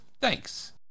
Thanks